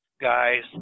guys